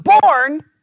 born